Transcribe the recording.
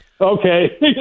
Okay